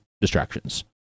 distractions